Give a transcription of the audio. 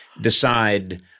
decide